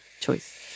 choice